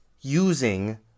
using